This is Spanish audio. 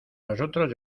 nosotros